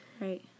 Right